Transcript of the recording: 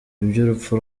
iby’urupfu